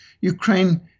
Ukraine